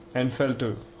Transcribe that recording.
and fell to.